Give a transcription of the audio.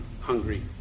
hungry